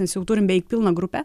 mes jau turim beveik pilną grupę